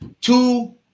two